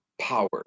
power